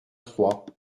trois